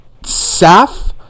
Saf